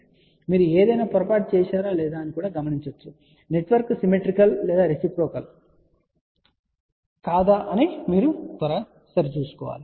మరియు మీరు ఏదైనా పొరపాటు చేశారా లేదా అని గమనించవచ్చు నెట్వర్క్ సిమెట్రికల్ లేదా రెసిప్రోకల్ కాదా అని మీరు త్వరగా సరి చూసుకోవాలి